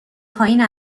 پایین